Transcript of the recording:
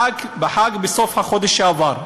בחג בסוף החודש שעבר,